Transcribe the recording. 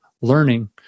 learning